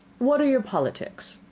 what are your politics?